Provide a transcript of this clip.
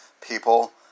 people